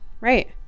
Right